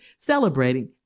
celebrating